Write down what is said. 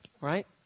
Right